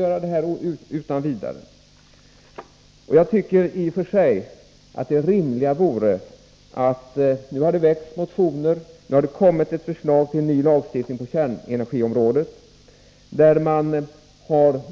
Med förslaget till ny lagstiftning på kärnenergiområdet får man